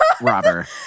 Robber